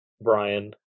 Brian